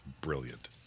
brilliant